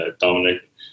Dominic